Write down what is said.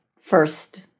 first